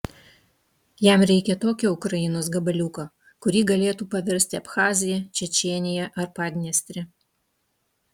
jam reikia tokio ukrainos gabaliuko kurį galėtų paversti abchazija čečėnija ar padniestre